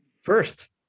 First